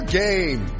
game